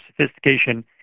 sophistication